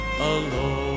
alone